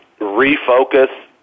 refocus